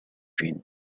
been